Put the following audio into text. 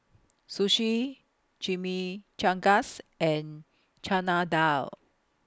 Sushi Chimichangas and Chana Dal